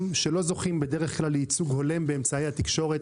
שלא זוכים בדרך כלל לייצוג הולם באמצעי התקשורת